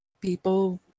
people